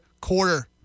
quarter